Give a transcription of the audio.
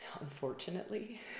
unfortunately